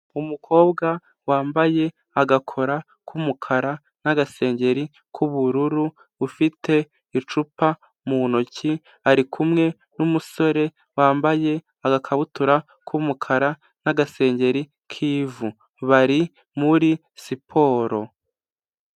Umukobwa wambaye agakora k'umukara n'agasengeri k'ubururu, ufite icupa mu ntoki ari kumwe n'umusore wambaye agakabutura k'umukara n'agasengeri k'ivu, bari muri siporo.